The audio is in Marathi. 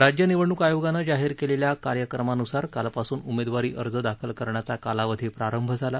राज्य निवडणूक आयोगानं जाहीर केलेल्या कार्यक्रमानुसार कालपासून उमेदवारी अर्ज दाखल करण्याचा कालावधी प्रारंभ झाला